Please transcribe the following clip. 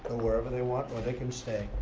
ah wherever they want or they can stay.